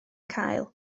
cael